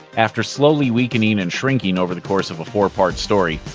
after slowly weakening and shrinking over the course of a four-part story,